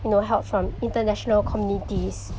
you know help from international communities